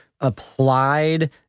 applied